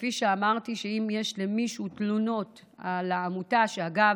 כפי שאמרתי, שאם יש למישהו תלונות על העמותה, אגב,